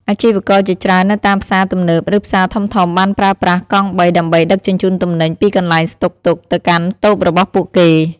អាជីវករជាច្រើននៅតាមផ្សារទំនើបឬផ្សារធំៗបានប្រើប្រាស់កង់បីដើម្បីដឹកជញ្ជូនទំនិញពីកន្លែងស្តុកទុកទៅកាន់តូបរបស់ពួកគេ។